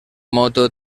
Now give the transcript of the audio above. moto